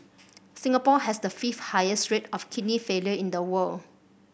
Singapore has the fifth highest rate of kidney failure in the world